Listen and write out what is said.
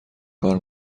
کار